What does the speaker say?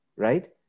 right